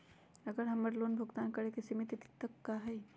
हमर लोन भुगतान करे के सिमित तिथि का हई?